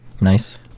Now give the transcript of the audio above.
Nice